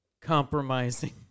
compromising